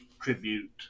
tribute